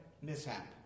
mishap